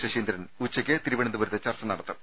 ശ്ശീന്ദ്രൻ ഉച്ചയ്ക്ക് തിരുവന ന്തപുരത്ത് ചർച്ച നടത്തും